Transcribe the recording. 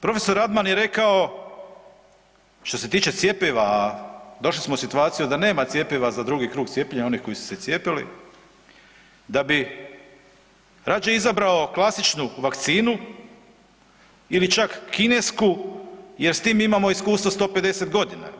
Profesor Radman je rekao, što se tiče cjepiva, a došli smo u situaciju da nema cjepiva za drugi krug cijepljenja onih koji su se cijepili, da bi rađe izabrao klasičnu vakcinu ili čak kinesku jer s tim imamo iskustva 150 godina.